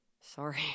Sorry